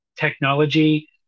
technology